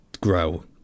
grow